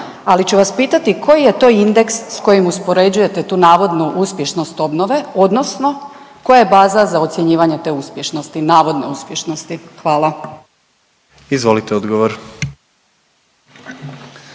ali ću vas pitati koji je to indeks s kojim uspoređujete tu navodnu uspješnost obnove odnosno koja je baza za ocjenjivanje te uspješnosti, navodne uspješnosti? Hvala. **Jandroković,